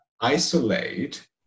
isolate